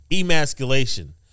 emasculation